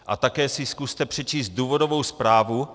A také si zkuste přečíst důvodovou zprávu.